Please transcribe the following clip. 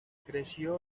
creció